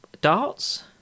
darts